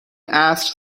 عصر